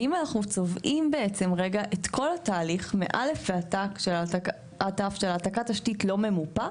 ואם אנחנו צובעים בעצם רגע את כל התהליך של העתקת תשתית לא ממופה,